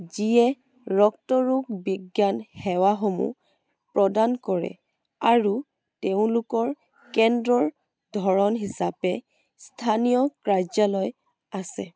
যিয়ে ৰক্তৰোগ বিজ্ঞান সেৱাসমূহ প্ৰদান কৰে আৰু তেওঁলোকৰ কেন্দ্ৰৰ ধৰণ হিচাপে স্থানীয় কাৰ্যালয় আছে